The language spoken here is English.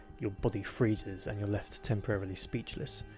your body freezes, and you're left temporarily speechless.